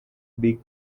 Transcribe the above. big